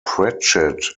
pratchett